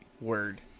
word